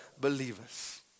believers